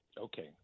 okay